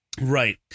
Right